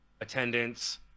attendance